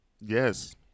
Yes